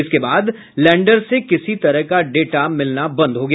इसके बाद लैंडर से किसी तरह का डेटा मिलना बंद हो गया